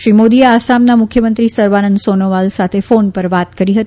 શ્રી મોદીએ આસામના મુખ્યમંત્રી સર્વાનંદ સોનોવાલ સાથે ફોન પર વાત કરી હતી